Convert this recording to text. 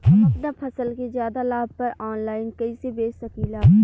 हम अपना फसल के ज्यादा लाभ पर ऑनलाइन कइसे बेच सकीला?